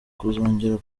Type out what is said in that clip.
kuzongera